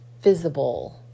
visible